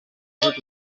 سرتاسر